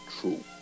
true